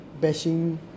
bashing